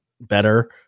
better